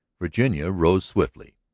virginia rose swiftly.